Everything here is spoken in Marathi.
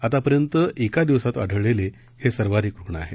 आतापर्यंत एका दिवसात आढळलेले हे सर्वाधिक रुग्ण आहेत